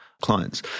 clients